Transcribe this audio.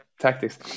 tactics